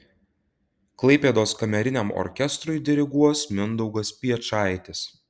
klaipėdos kameriniam orkestrui diriguos mindaugas piečaitis